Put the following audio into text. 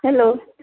hello